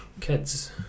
kids